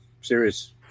Serious